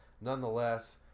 nonetheless